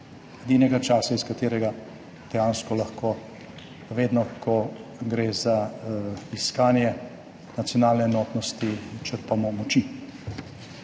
edinega časa, iz katerega dejansko lahko vedno, ko gre za iskanje nacionalne enotnosti, črpamo moči.